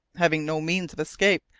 having no means of escape,